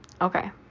okay